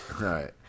right